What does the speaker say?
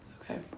Okay